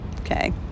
Okay